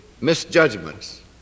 misjudgments